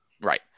right